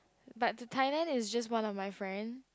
but the Thailand is just one of my friend